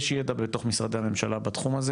יש ידע בתוך משרד הממשלה בתחום הזה,